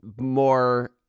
more